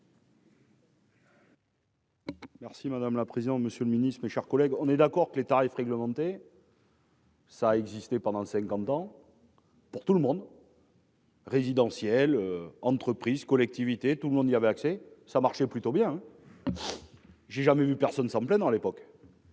Merci madame la présidente. Monsieur le Ministre, mes chers collègues, on est d'accord que les tarifs réglementés. Ça a existé pendant 50 ans. Pour tout le monde. Résidentiels, entreprises, collectivités. Tout le monde y avait accès. Ça marchait plutôt bien hein. J'ai jamais vu personne s'en plaint dans à l'époque.